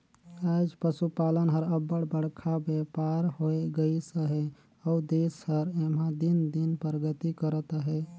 आएज पसुपालन हर अब्बड़ बड़खा बयपार होए गइस अहे अउ देस हर एम्हां दिन दिन परगति करत अहे